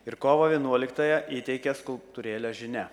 ir kovo vienuoliktąją įteikia skulptūrėlę žinia